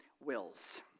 wills